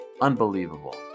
Unbelievable